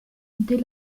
dès